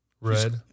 red